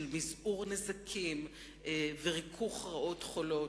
של מזעור נזקים וריכוך רעות חלות,